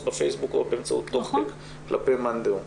בפייסבוק או באמצעות טוקבק כלפי מאן דהוא.